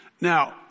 Now